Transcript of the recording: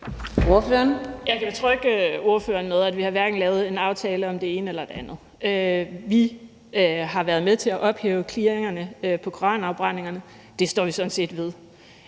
Jeg kan betrygge ordføreren med, at vi hverken har lavet en aftale om det ene eller det andet. Vi har været med til at ophæve clearingerne i forhold til det med koranafbrændingerne. Det står vi sådan set ved.